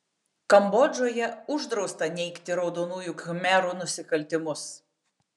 kambodžoje uždrausta neigti raudonųjų khmerų nusikaltimus